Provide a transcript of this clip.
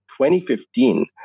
2015